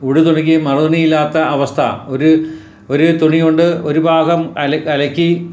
ഉടുതുണിക്ക് മറുതുണിയില്ലാത്ത അവസ്ഥ ഒരു ഒരു തുണികൊണ്ട് ഒരുഭാഗം അലക്കി അലക്കി